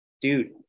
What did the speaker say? dude